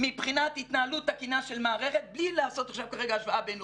מבחינת התנהלות תקינה של מערכת בלי לעשות עכשיו השוואה בין-לאומית.